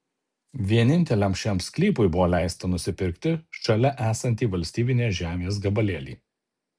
vieninteliam šiam sklypui buvo leista nusipirkti šalia esantį valstybinės žemės gabalėlį